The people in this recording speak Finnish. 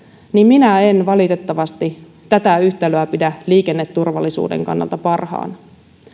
niin minä en valitettavasti tätä yhtälöä pidä liikenneturvallisuuden kannalta parhaana